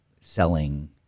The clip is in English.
selling